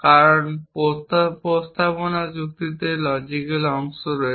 কারণ প্রস্তাবনা যুক্তিতে লজিক্যাল অংশ রয়েছে